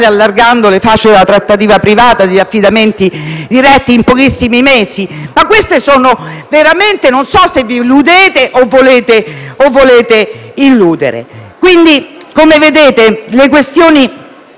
allargando le fasce della trattativa privata e degli affidamenti diretti, in pochissimi mesi? Veramente non so se vi illudete o volete illudere. Come vedete, le questioni